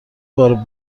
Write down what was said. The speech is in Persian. بار